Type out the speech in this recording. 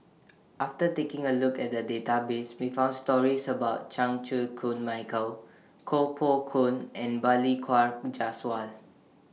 after taking A Look At The Database We found stories about Chan Chew Koon Michael Koh Poh Koon and Balli Kaur Jaswal